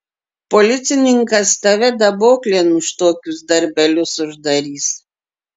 policininkas tave daboklėn už tokius darbelius uždarys